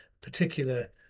particular